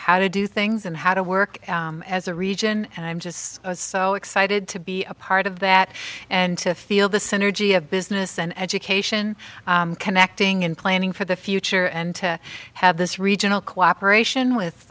how to do things and how to work as a region and i'm just so excited to be a part of that and to feel the synergy of business and education connecting and planning for the future and to have this regional cooperation with